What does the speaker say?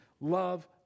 Love